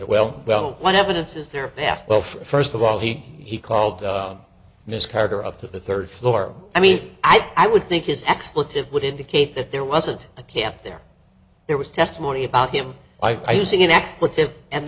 well well what evidence is there left well first of all he he called miss carter up to the third floor i mean i would think his expletive would indicate that there wasn't a cap there there was testimony about him i using an expletive and